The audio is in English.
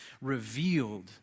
revealed